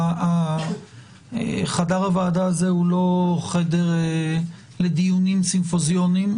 חדר הוועדה הזה הוא לא חדר לדיונים סימפוזיונים.